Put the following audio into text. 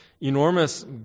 enormous